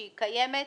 שהיא קיימת,